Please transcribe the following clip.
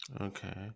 Okay